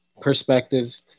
perspective